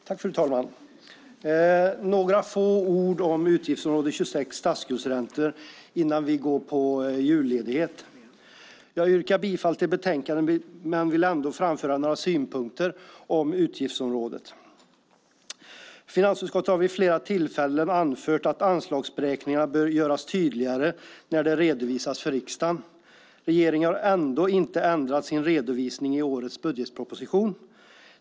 Fru talman! Innan vi går på julledighet ska jag säga några få ord om utgiftsområde 26, statsskuldsräntor. Jag yrkar bifall till utskottets förslag i betänkandet men vill framföra några synpunkter angående utgiftsområdet. Finansutskottet har vid flera tillfällen anfört att anslagsberäkningarna bör göras tydligare när de redovisas för riksdagen. Regeringen har ändå inte ändrat sin redovisning i årets budgetproposition.